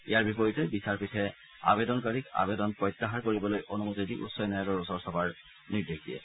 ইয়াৰ বিপৰীতে বিচাৰপীঠে আবেদনকাৰীক আবেদন প্ৰত্যাহাৰ কৰিবলৈ অনুমতি দি উচ্চ ন্যায়ালয়ৰ ওচৰ চপাৰ পৰামৰ্শ দিয়ে